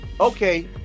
okay